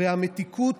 והמתיקות